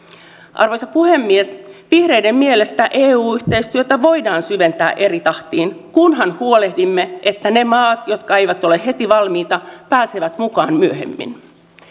arvoisa puhemies vihreiden mielestä eu yhteistyötä voidaan syventää eri tahtiin kunhan huolehdimme että ne maat jotka eivät ole heti valmiita pääsevät mukaan myöhemmin